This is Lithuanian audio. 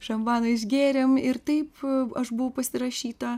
šampano išgėrėm ir taip aš buvau pasirašyta